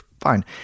fine